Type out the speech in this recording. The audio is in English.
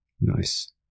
Nice